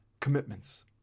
commitments